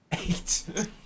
Eight